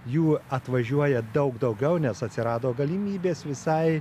jų atvažiuoja daug daugiau nes atsirado galimybės visai